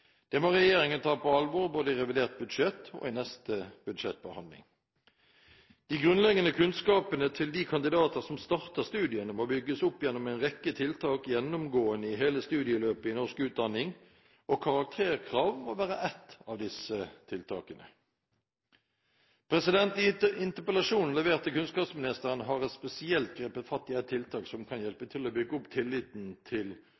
Det må regjeringen ta på alvor både i revidert budsjett og i neste budsjettbehandling. De grunnleggende kunnskapene til de kandidater som starter studiene, må bygges opp gjennom en rekke tiltak gjennomgående i hele studieløpet i norsk utdanning, og karakterkrav må være ett av disse tiltakene. I interpellasjonen levert til kunnskapsministeren har jeg spesielt grepet fatt i et tiltak som kan hjelpe til